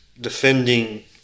defending